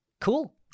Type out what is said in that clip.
cool